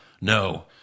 no